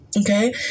okay